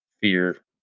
fear